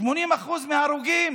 80% מההרוגים